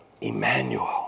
Emmanuel